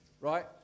Right